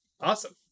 awesome